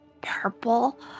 purple